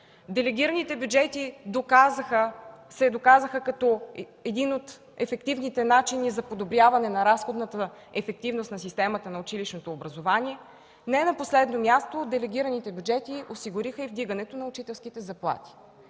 Делегираните бюджети се доказаха като един от ефективните начини за подобряване на разходната ефективност на системата на училищното образование. Не на последно място, делегираните бюджети осигуриха и вдигането на учителските заплати.